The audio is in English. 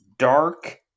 Dark